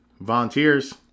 volunteers